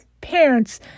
parents